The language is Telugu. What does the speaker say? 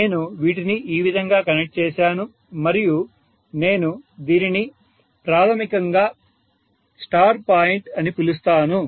నేను వీటిని ఈ విధంగా కనెక్ట్ చేశాను మరియు నేను దీనిని ప్రాథమికంగా స్టార్ పాయింట్ అని పిలుస్తున్నాను